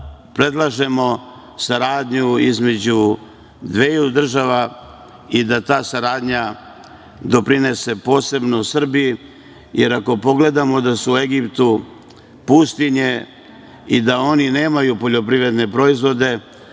predlažemo saradnju između dveju država i da ta saradnja doprinese posebno Srbiji jer ako pogledamo da su u Egiptu pustinje i da oni nemaju poljoprivredne proizvode,